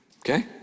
okay